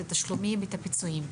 את התשלומים ואת הפיצויים,